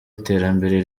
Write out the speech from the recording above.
iterambere